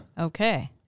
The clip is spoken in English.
okay